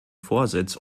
vorsitz